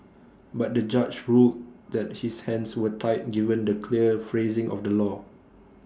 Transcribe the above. but the judge ruled that his hands were tied given the clear phrasing of the law